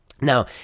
Now